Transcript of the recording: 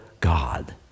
god